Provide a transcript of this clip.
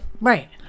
Right